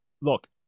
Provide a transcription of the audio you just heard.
look